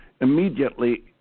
immediately